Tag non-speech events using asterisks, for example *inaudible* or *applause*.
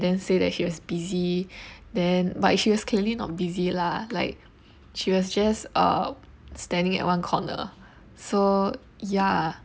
then say that she was busy *breath* then but she was clearly not busy lah like she was just uh standing at one corner so ya